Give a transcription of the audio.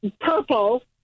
purple